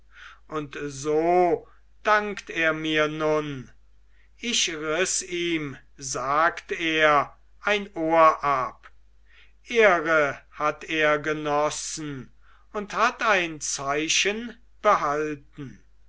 und so dankt er mir nun ich riß ihm sagt er ein ohr ab ehre hat er genossen und hat ein zeichen behalten